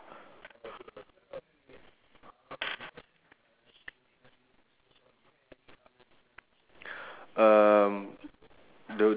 the lady ya she's throwing a ball small ball